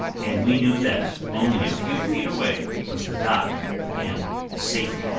and we knew that only a few feet away was the dock and safety